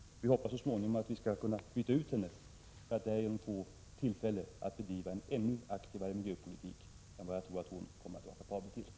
Vi hoppas att så småningom också kunna byta ut henne för att få tillfälle att driva en ännu aktivare miljöpolitik än vad jag tror hon har möjligheter att göra.